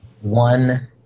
One